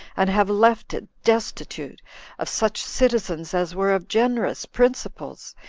and have left it destitute of such citizens as were of generous principles,